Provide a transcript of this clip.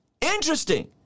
Interesting